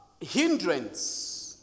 hindrance